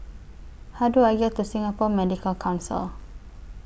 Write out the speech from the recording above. How Do I get to Singapore Medical Council